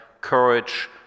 courage